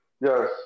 yes